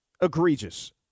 egregious